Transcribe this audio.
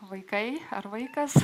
vaikai ar vaikas